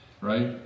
right